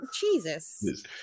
Jesus